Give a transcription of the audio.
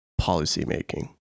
policymaking